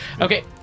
Okay